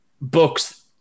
books